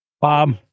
Bob